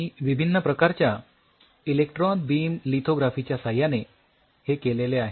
मी विभिन्न प्रकारच्या electron beam लिथोग्राफीच्या साह्याने हे केलेले आहे